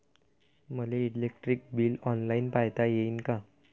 मले electric bill online पायता येईन का?